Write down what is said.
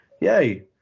yay